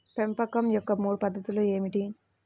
పెంపకం యొక్క మూడు పద్ధతులు ఏమిటీ?